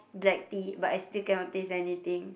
black tea but I still cannot taste anything